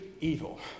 evil